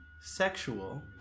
sexual